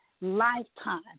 lifetime